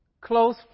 close